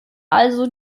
also